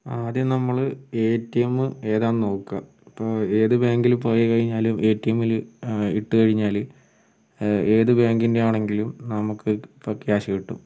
ആദ്യം നമ്മൾ ATM ഏതാണെന്ന് നോക്കുക അപ്പോൾ ഏതു ബാങ്കിൽ പോയിക്കഴിഞ്ഞാലും എ ടി എമ്മിൽ ഇട്ട് കഴിഞ്ഞാൽ ഏതു ബാങ്കിൻ്റെ ആണെങ്കിലും നമുക്ക് ഇപ്പം ക്യാഷ് കിട്ടും